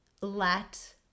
let